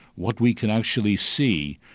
what we can actually see,